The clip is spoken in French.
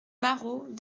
marot